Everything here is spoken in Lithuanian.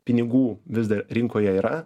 pinigų vis dar rinkoje yra